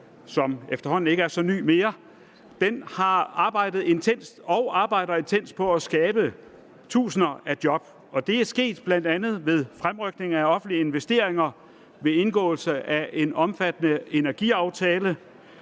som efterhånden ikke er så ny mere, har arbejdet intenst og arbejder intenst på at skabe tusinder af job. Det er bl.a. sket ved fremrykning af offentlige investeringer og indgåelse af en omfattende energiaftale,